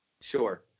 Sure